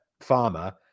farmer